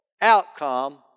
outcome